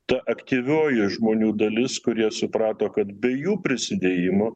ta aktyvioji žmonių dalis kurie suprato kad bei jų prisidėjimo